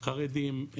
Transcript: חרדים,